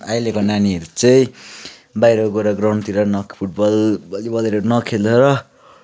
अहिलेको नानीहरू चाहिँ बाहिर गएर ग्राउन्डतिर नख फुटबल भलिबलहरू नखेलेर